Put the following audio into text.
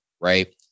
Right